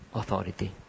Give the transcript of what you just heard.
authority